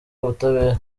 ubutabera